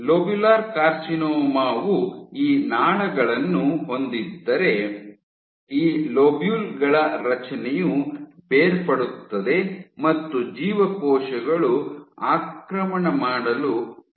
lobular carcinoma ವು ಈ ನಾಳಗಳನ್ನು ಹೊಂದಿದ್ದರೆ ಈ ಲೋಬ್ಯುಲ್ ಗಳ ರಚನೆಯು ಬೇರ್ಪಡುತ್ತದೆ ಮತ್ತು ಜೀವಕೋಶಗಳು ಆಕ್ರಮಣ ಮಾಡಲು ಪ್ರಾರಂಭಿಸುತ್ತವೆ